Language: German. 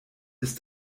ist